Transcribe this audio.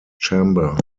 chamber